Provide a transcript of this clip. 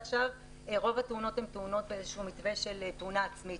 רוב התאונות הן תאונות באיזשהו מתווה של תאונה עצמית.